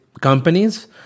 companies